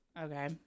Okay